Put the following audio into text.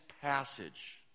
passage